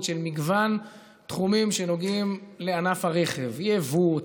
של מגוון תחומים שנוגעים לענף הרכב: יבוא,